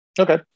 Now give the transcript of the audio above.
Okay